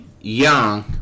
young